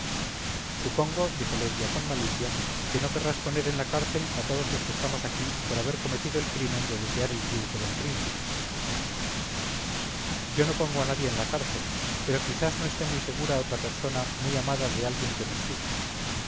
supongo dijo lesbia con malicia que no querrás poner en la cárcel a todos los que estamos aquí por haber cometido el crimen de desear el triunfo del príncipe yo no pongo a nadie en la cárcel pero quizás no esté muy segura otra persona muy amada de alguien que me escucha